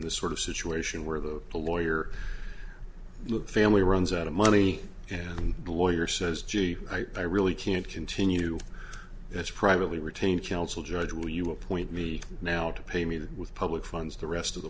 the sort of situation where the lawyer looked family runs out of money and the lawyer says gee i really can't continue that's privately retained counsel judge will you appoint me now to pay me that with public funds the rest of the